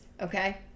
Okay